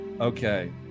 okay